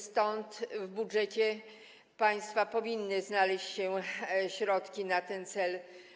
Stąd w budżecie państwa powinny znaleźć się środki na ten cel.